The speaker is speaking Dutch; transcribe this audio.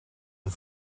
een